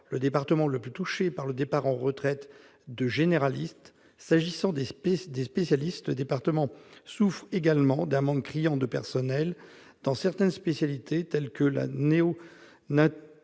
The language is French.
le département le plus touché par le départ à la retraite de généralistes. S'agissant des spécialistes, le département souffre également d'un manque criant de personnels dans certaines spécialités telles que la néonatologie,